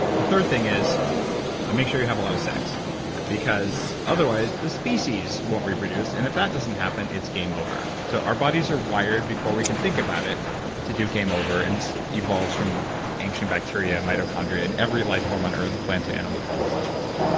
the third thing is and make sure you have a lot of sex because otherwise the species won't reproduce, and if that doesn't happen, it's game over. so our bodies are wired before we can think about it to do game over. and this evolves from ancient bacteria, mitochondria, and every life form on earth, planet, animal follows these rules.